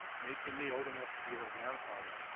making me old enough to be their grandfather.